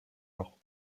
leurs